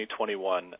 2021